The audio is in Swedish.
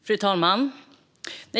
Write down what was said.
Fru talman!